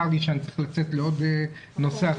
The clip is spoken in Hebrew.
צר לי שאני צריך לצאת לעוד נושא אחר,